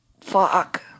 fuck